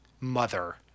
mother